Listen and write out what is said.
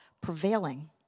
prevailing